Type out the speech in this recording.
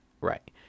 Right